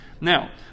Now